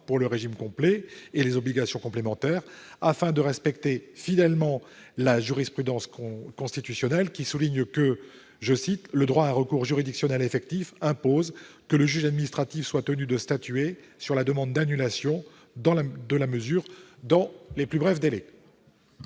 pour le régime complet et les obligations complémentaires, afin de respecter fidèlement la jurisprudence constitutionnelle, en vertu de laquelle « le droit à un recours juridictionnel effectif impose que le juge administratif soit tenu de statuer sur la demande d'annulation de la mesure dans de brefs délais ».